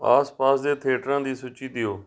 ਆਸ ਪਾਸ ਦੇ ਥੀਏਟਰਾਂ ਦੀ ਸੂਚੀ ਦਿਓ